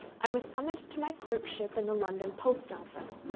i was summoned to my clerkship in the london post office,